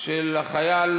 של החייל,